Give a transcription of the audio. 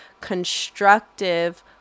constructive